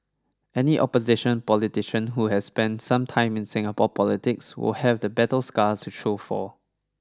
any opposition politician who has spent some time in Singapore politics will have the battle scars to show for